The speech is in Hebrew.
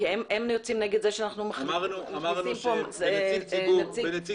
הם יוצאים כנגד זה שאנחנו מכניסים פה נציג --- אמרנו שבנציג